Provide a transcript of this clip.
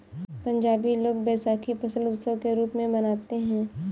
पंजाबी लोग वैशाखी फसल उत्सव के रूप में मनाते हैं